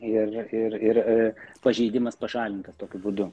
ir ir ir pažeidimas pašalintas tokiu būdu